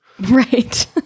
Right